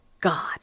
God